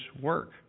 work